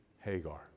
hagar